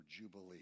jubilee